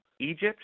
Egypt